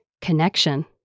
connection